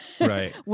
Right